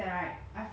ya I know right